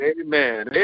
amen